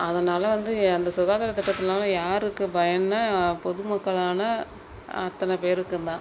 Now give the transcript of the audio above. அதனால் வந்து அந்த சுகாதாரத்தை பற்றினாலும் யாருக்கு பயம்னால் பொதுமக்களான அத்தனை பேருக்கும் தான்